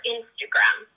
Instagram